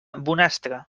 bonastre